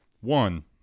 one